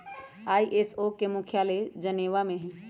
ISO के मुख्यालय Geneva में हइ